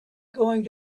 going